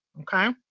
okay